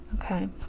Okay